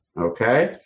Okay